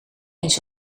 eens